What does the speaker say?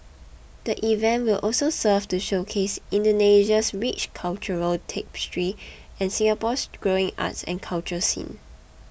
the event will also serve to showcase Indonesia's rich cultural tapestry and Singapore's growing arts and culture scene